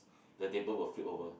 the table will flip over